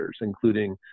including